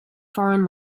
foreign